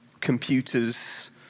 computers